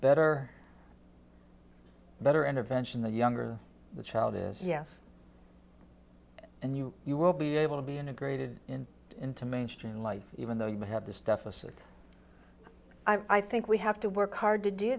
better better intervention the younger the child is yes and you you will be able to be integrated into mainstream life even though you have this deficit i think we have to work hard to do